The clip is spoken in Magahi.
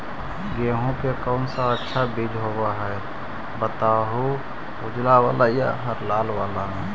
गेहूं के कौन सा अच्छा बीज होव है बताहू, उजला बाल हरलाल बाल में?